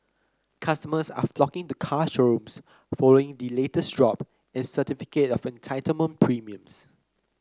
customers are flocking to car showrooms following the latest drop in certificate of entitlement premiums